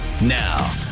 Now